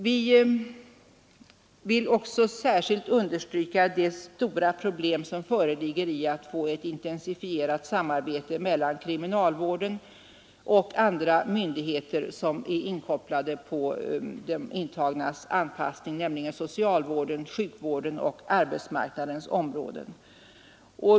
Vi vill också särskilt understryka de stora problemen när det gäller att få ett intensifierat samarbete mellan kriminalvården och andra myndigheter som är inkopplade på de intagnas anpassning, nämligen på socialvårdens, sjukvårdens och arbetsmarknadens områden.